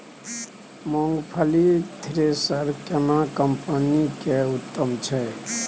मूंगफली थ्रेसर केना कम्पनी के उत्तम छै?